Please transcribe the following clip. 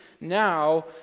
now